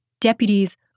Deputies